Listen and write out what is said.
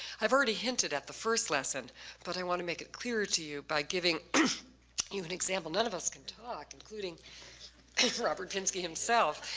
i've already hinted at the first lesson but i want to make it clearer to you by giving you an example. none of us can talk, including robert pinksy himself.